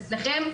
אצלכם.